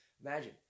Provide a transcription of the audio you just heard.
imagine